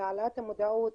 להעלאת המודעות